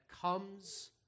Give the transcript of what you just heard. comes